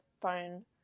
phone